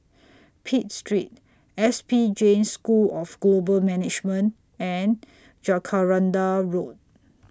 Pitt Street S P Jain School of Global Management and Jacaranda Road